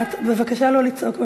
בבקשה לא לצעוק במליאה.